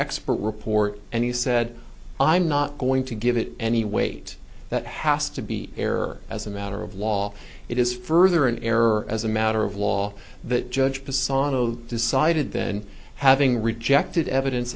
expert report and he said i'm not going to give it any weight that has to be error as a matter of law it is further an error as a matter of law that judge facade of decided then having rejected evidence